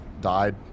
died